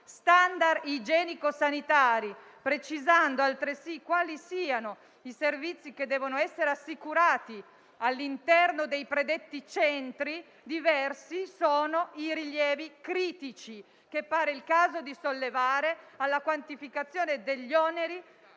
*standard* igienico-sanitari, precisando altresì quali siano i servizi che devono essere assicurati all'interno dei predetti centri, diversi sono i rilievi critici, che pare il caso di sollevare, alla quantificazione degli oneri